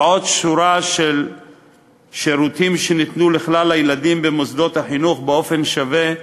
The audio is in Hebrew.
ועוד שורה של שירותים שניתנו לכלל הילדים במוסדות החינוך באופן שווה,